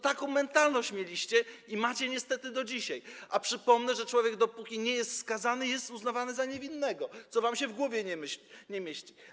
Taką mentalność mieliście i macie niestety do dzisiaj, a przypomnę, że dopóki człowiek nie jest skazany, jest uznawany za niewinnego, co wam się w głowie nie mieści.